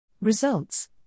Results